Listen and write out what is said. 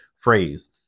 phrase